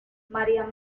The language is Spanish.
maría